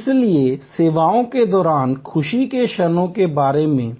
इसलिए सेवाओं के दौरान खुशी के क्षणों के बारे में